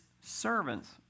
servants